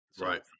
Right